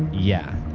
yeah.